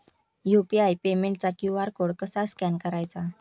UPI पेमेंटचा QR code कसा scan करायचा?